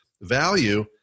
value